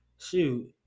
Shoot